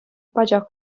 пачах